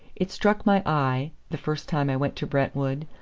it struck my eye, the first time i went to brentwood,